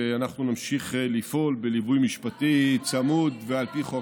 ואנחנו נמשיך לפעול בליווי משפטי צמוד ועל פי חוק.